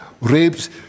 rapes